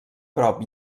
prop